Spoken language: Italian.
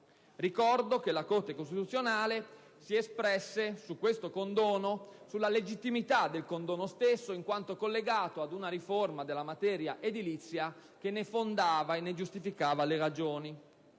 Ricordo che la Corte si espresse sulla legittimità del condono stesso, in quanto collegato ad una riforma della materia edilizia che ne fondava e ne giustificava le ragioni.